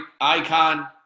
icon